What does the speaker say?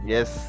Yes